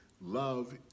love